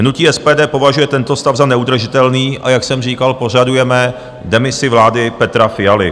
Hnutí SPD považuje tento stav za neudržitelný, a jak jsem říkal, požadujeme demisi vlády Petra Fialy.